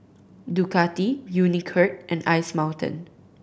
Ducati Unicurd and Ice Mountain